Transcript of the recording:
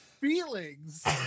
feelings